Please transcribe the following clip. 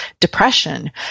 depression